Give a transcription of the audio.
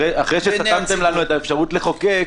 אחרי שסתמתם לנו את האפשרות לחוקק,